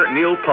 Neil